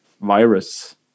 virus